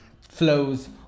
flows